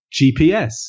GPS